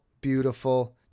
beautiful